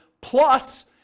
plus